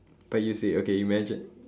but you see okay imagine